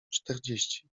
czterdzieści